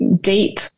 deep